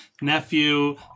Nephew